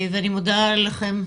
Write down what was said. אני לכם,